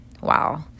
Wow